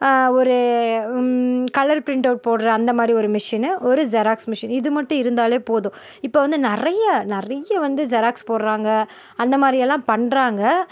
ஒரு colour print out போட்ற அந்த மாதிரி ஒரு மிஷின்னு ஒரு ஜெராக்ஸ் மிஷின் இது மட்டும் இருந்தாலே போதும் இப்போ வந்து நிறைய நிறைய வந்து ஜெராக்ஸ் போட்றாங்க அந்த மாதிரி எல்லாம் பண்ணுறாங்க